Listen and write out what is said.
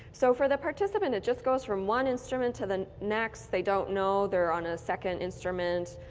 so for the participant, it just goes from one instrument to the next, they don't know, they're on a second instrument,